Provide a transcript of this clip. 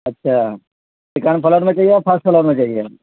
اچھا second floor میں چاہیے اور فسٹ فلور میں چاہیے